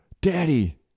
Daddy